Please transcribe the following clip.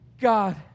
God